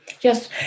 Yes